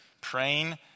praying